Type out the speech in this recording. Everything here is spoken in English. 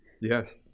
yes